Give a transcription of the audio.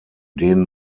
denen